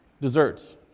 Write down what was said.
desserts